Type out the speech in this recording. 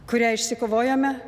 kurią išsikovojome